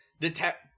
detect